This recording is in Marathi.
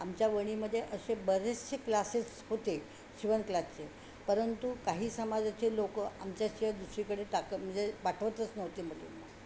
आमच्या वणीमध्ये असे बरेचसे क्लासेस होते शिवण क्लासेस परंतु काही समाजाचे लोक आमच्याशिवाय दुसरीकडे टाक म्हणजे पाठवतच नव्हते मधून